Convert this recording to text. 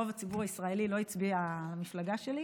רוב הציבור הישראלי לא הצביע למפלגה שלי,